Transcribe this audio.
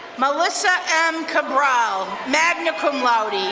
melissa m. kabral, magna cum laude,